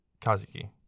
Kazuki